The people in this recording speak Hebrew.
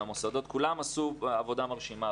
המוסדות כולם עשו עבודה מרשימה,